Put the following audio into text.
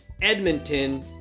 Edmonton